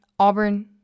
Auburn